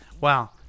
Wow